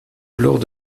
lors